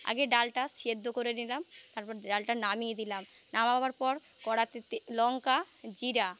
আগে ডালটা সেদ্ধ করে নিলাম তারপর ডালটা নামিয়ে দিলাম নামাবার পর কড়াতে তে লংকা জীরা